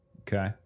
Okay